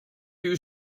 you